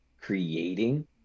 creating